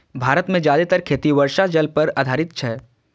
भारत मे जादेतर खेती वर्षा जल पर आधारित छै